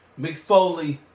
McFoley